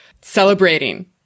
celebrating